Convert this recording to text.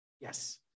Yes